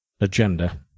agenda